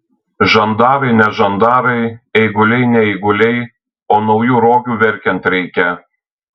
žandarai ne žandarai eiguliai ne eiguliai o naujų rogių verkiant reikia